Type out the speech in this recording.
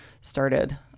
started